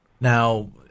Now